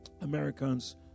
Americans